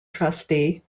trustee